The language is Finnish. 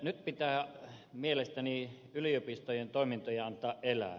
nyt pitää mielestäni yliopistojen toimintojen antaa elää